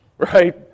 Right